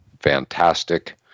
fantastic